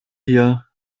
hier